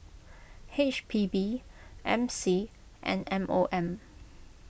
H P B M C and M O M